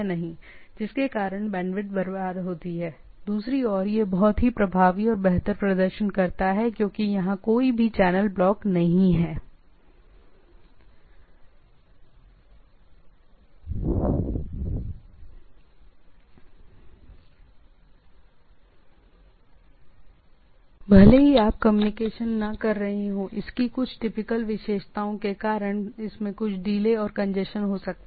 तो दूसरे अर्थ में प्रभावी ढंग से बैंडविड्थ की बर्बादी हो सकती है जबकि अधिक प्रभावी और बेहतर प्रदर्शन है क्योंकि चैनल को ब्लॉक करने का कोई ऐसा प्रकार नहीं है भले ही आप कम्युनिकेशन न कर रहे होंलेकिन इसकी विशिष्ट विशेषताओं के कारण इनमें कुछ डीले और कंजेशन हो सकती है